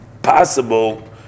Possible